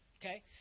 Okay